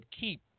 keep